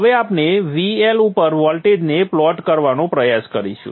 હવે આપણે વીએલ ઉપર વોલ્ટેજને પ્લોટ કરવાનો પ્રયાસ કરીશું